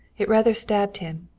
it rather stabbed him.